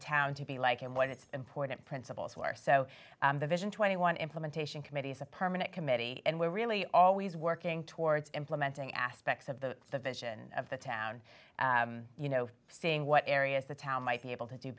town to be like and what its important principles were are so the vision twenty one implementation committee is a permanent committee and we're really always working towards implementing aspects of the vision of the town you know seeing what areas the town might be able to do